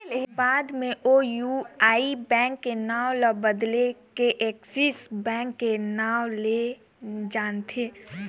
बाद मे ओ यूटीआई बेंक के नांव ल बदेल के एक्सिस बेंक के नांव ले जानथें